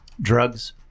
drugs